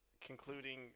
concluding